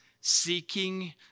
seeking